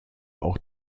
auch